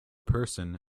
person